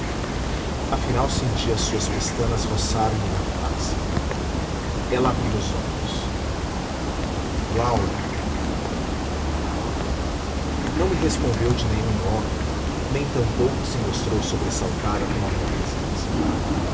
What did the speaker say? afinal senti as suas pestanas roçarem me na face ela abria os olhos laura não me respondeu de nenhum modo nem tampouco se mostrou sobressaltada com a minha presença